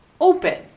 Open